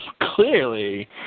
Clearly